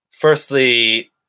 firstly